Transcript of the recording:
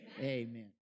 amen